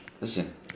Listen